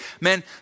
man